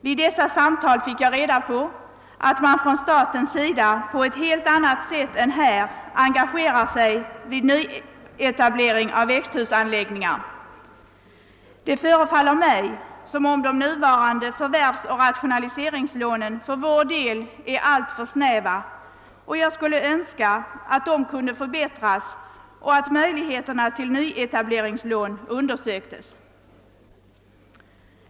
Vid dessa samtal fick jag reda på att man från statens sida på ett helt annat sätt än här engagerar sig vid nyetablering av växthusanläggningar. Det förefaller mig som om villkoren för att erhålla förvärvsoch rationaliseringslån för närvarande är alltför snäva, och jag skulle önska att dessa kunde förbättras och att möjligheterna till nyetableringslån undersöktes.